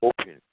open